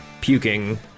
puking